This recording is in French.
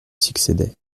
succédait